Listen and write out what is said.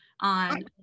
on